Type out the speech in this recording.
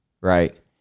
right